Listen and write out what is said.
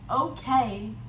okay